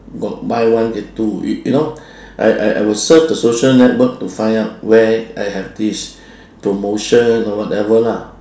got buy one get two you you know I I I will surf the social network to find out where I have this promotion or whatever lah